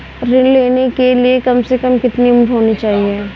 ऋण लेने के लिए कम से कम कितनी उम्र होनी चाहिए?